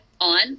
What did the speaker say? on